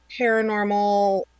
paranormal